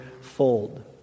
fold